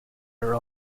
are